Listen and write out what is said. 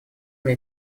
мне